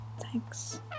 Thanks